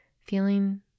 feeling